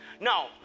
Now